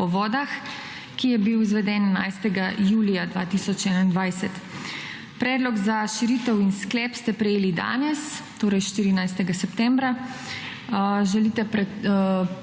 o vodah, ki je bil izveden 11. julija 2021. Predlog za širitev in sklep ste prejeli danes, 14. septembra 2021. Želijo